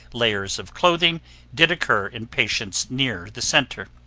layers of clothing did occur in patients near the center.